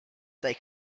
they